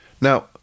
Now